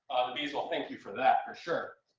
bees will thank you for that, for sure.